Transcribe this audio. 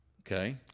Okay